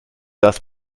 das